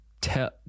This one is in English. tell